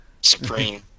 Supreme